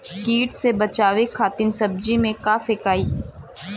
कीट से बचावे खातिन सब्जी में का फेकाई?